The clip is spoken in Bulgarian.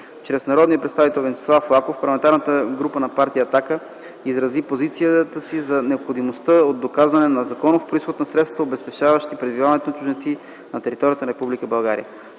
Чрез народния представител Венцислав Лаков, парламентарната група на партия „Атака” изрази позицията си за необходимостта от доказване на законов произход на средствата, обезпечаващи пребиваването на чужденци на територията на Република България.